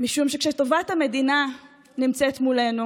משום שכשטובת המדינה נמצאת מולנו